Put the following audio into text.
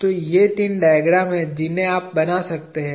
तो ये तीन डायग्राम हैं जिन्हें आप बना सकते हैं